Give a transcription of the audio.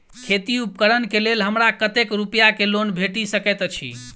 खेती उपकरण केँ लेल हमरा कतेक रूपया केँ लोन भेटि सकैत अछि?